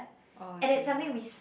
oh dear